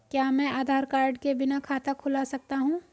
क्या मैं आधार कार्ड के बिना खाता खुला सकता हूं?